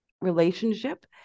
relationship